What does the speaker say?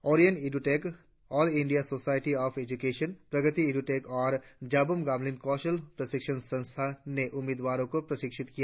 Orion एड्रटेक All India Society of Education Pragati Edtech और जारबम गामलिन कौशल प्रशिक्षण संस्थान ने उम्मीदवारों को प्रशिक्षित किया